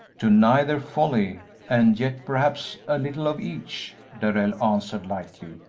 to neither wholly, and yet perhaps a little of each, darrell answered, lightly,